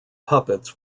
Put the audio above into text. puppets